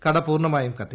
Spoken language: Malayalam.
കടപൂർണ്ണമായും കത്തി